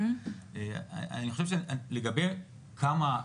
לגבי כמה,